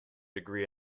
degree